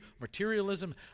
materialism